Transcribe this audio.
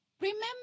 Remember